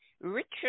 Richard